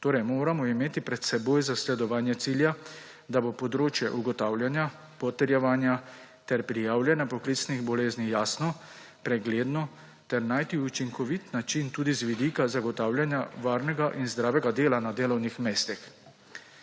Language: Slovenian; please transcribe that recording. Torej moramo imeti pred seboj zasledovanje cilja, da bo področje ugotavljanja, potrjevanja ter prijavljanja poklicnih bolezni jasno, pregledno, ter najti učinkovit način tudi z vidika zagotavljanja varnega in zdravega dela na delovnih mestih.